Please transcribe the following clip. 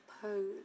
pose